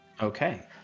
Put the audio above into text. okay